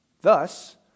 thus